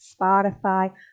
Spotify